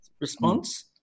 response